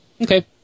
Okay